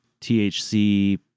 THC